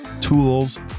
tools